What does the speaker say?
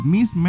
Miss